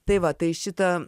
tai va tai šitą